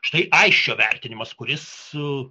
štai aisčio vertinimas kuris